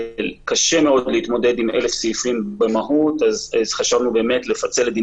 קשה מאוד להתמודד עם 1,000 סעיפים במהות אז חשבנו לפצל את החוזים,